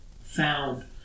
found